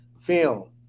film